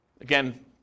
Again